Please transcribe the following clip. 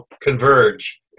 converge